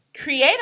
create